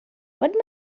what